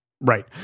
Right